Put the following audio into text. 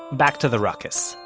back to the ruckus,